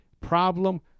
problem